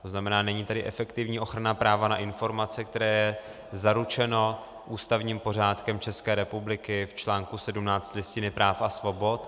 To znamená, není tady efektivní ochrana práva na informace, které je zaručeno ústavním pořádkem České republiky v článku 17 Listiny práv a svobod.